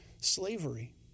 slavery